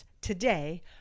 today